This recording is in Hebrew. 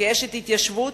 כאשת התיישבות,